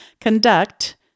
conduct